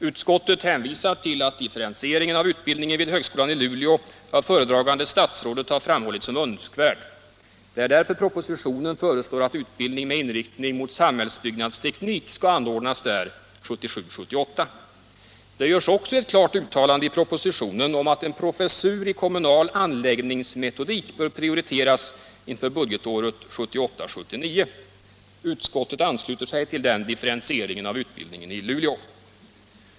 Utskottet hänvisar till att differentieringen av utbildningen vid högskolan i Luleå av föredragande statsrådet har framhållits som önskvärd. Det är därför propositionen föreslår att utbildning med inriktning mot samhällsbyggnadsteknik skall anordnas där 1977 79. Utskottet ansluter sig till denna differentiering av utbildningen i Luleå.